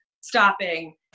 stopping